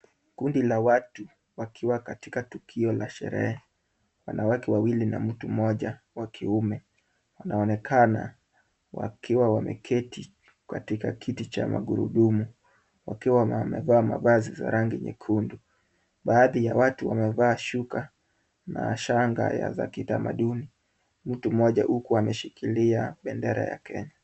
Kundi la watu wakiwa katika tukio la sherehe, wanawake wawili na mtu mmoja wa kiume wanaonekana wakiwa wameketi katika kiti cha magurudumu, wakiwa wamevaa mavazi za rangi nyekundu, baadhi ya watu wamevaa shuka na shanga ya za kitamaduni, mtu mmoja huku ameshikilia bendera ya Kenya.